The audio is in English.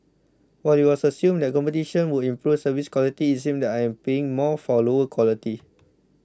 while it was assumed that competition would improve service quality it seems that I am paying more for lower quality